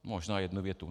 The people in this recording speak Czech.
Možná jednu větu.